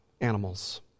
animals